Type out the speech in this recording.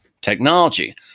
technology